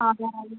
അതെ ആര്